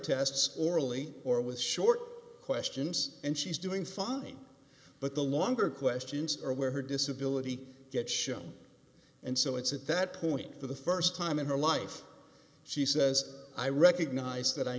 tests orally or with short questions and she's doing fine but the longer questions are where her disability get shown and so it's at that point for the st time in her life she says i recognize that i